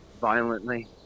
violently